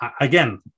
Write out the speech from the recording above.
again